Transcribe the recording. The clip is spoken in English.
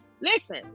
Listen